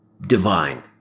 divine